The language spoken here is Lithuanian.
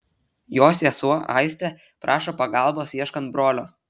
jo sesuo aistė prašo pagalbos ieškant brolio